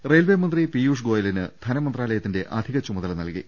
റെയിൽവേമന്ത്രി പീയുഷ് ഗോയലിന് ധനമന്ത്രാലയത്തിന്റെ അധി കചുമതല നൽകി